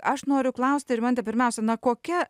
aš noriu klausti rimante pirmiausia na kokia